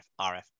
RF